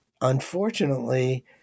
unfortunately